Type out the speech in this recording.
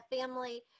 family